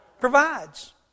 provides